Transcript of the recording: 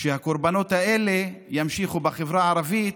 שהקורבנות האלה ימשיכו בחברה הערבית.